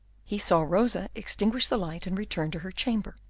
he saw rosa extinguish the light and return to her chamber.